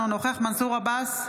אינו נוכח מנסור עבאס,